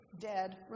dead